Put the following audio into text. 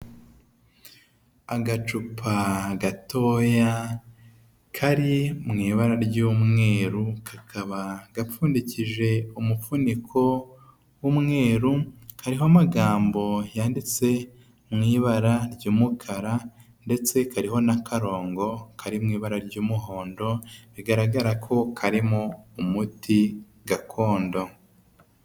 Agacupa gatoya kari mu ibara ry'umweru kakaba gapfundiki umufuniko w'umweru, kariho amagambo yanditse mu ibara ry'umukara ndetse kariho n'akarongo kari mu ibara ry'umuhondo bigaragara ko karimo umuti gakondo.